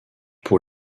pour